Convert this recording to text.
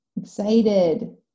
excited